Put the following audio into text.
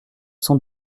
sont